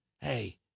Hey